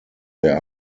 there